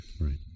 Right